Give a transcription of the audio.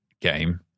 game